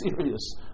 serious